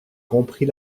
compris